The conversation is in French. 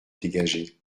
dégager